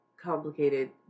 complicated